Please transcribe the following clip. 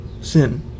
sin